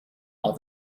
are